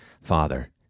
Father